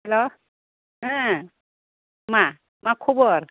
हेल' ओ मा मा खबर